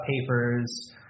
papers